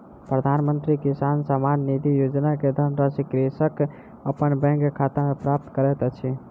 प्रधानमंत्री किसान सम्मान निधि योजना के धनराशि कृषक अपन बैंक खाता में प्राप्त करैत अछि